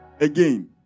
again